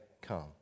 come